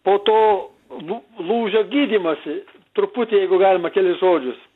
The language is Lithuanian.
po to lū lūžio gydymąsį truputį jeigu galima kelis žodžius